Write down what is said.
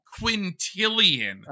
quintillion